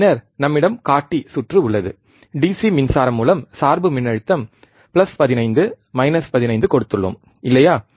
பின்னர் நம்மிடம் காட்டி சுற்று உள்ளது டிசி மின்சாரம் மூலம் சார்பு மின்னழுத்தம் 15 15 கொடுத்துள்ளோம் இல்லையா